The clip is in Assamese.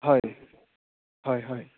হয় হয়